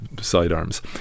sidearms